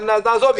על איזה מזבח?